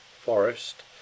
Forest